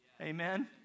Amen